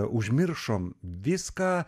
užmiršom viską